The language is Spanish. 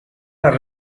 las